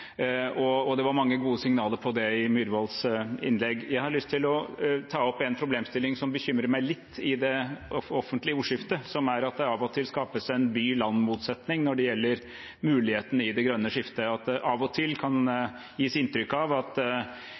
Det var mange gode signaler om det i Myhrvolds innlegg. Jeg har lyst til å ta opp en problemstilling i det offentlige ordskiftet som bekymrer meg litt, og det er at det av og til skapes en by–land-motsetning når det gjelder mulighetene i det grønne skiftet, at det av og til kan gis inntrykk av at